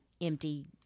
empty